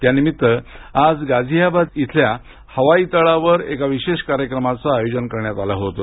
त्यानिमित्त आज गाझियाबाद इथल्या हवाई तळावर एका विशेष कार्यक्रमाचं आयोजन करण्यात आलं होतं